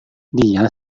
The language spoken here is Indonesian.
dia